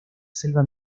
selva